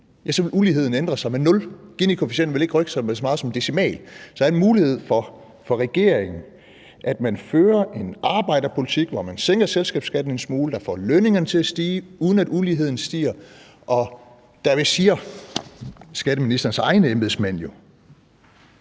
– ville ændre sig med nul, og at Ginikoefficienten ikke ville rykke sig med så meget som en decimal. Så der er en mulighed for, at man i regeringen fører en arbejderpolitik, hvor man sænker selskabsskatten en smule, hvilket får lønningerne til at stige, uden at uligheden stiger, og der siger skatteministerens egne embedsmænd jo,